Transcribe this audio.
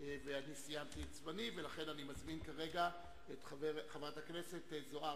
אני סיימתי את זמני ולכן אני מזמין כרגע את חברת הכנסת זוארץ.